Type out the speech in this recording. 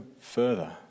further